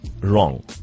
Wrong